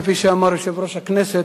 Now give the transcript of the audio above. כפי שאמר יושב-ראש הכנסת,